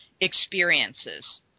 experiences